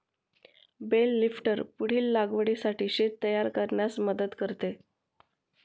bell lifter पुढील लागवडीसाठी शेत तयार करण्यास मदत करते